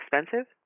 expensive